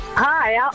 hi